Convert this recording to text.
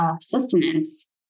sustenance